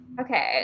Okay